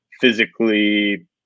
physically